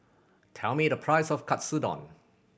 tell me the price of Katsudon